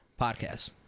podcast